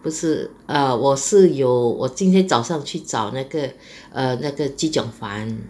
不是 err 我是有我今天早上去找那个 err 那个 chee cheong fun